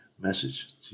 message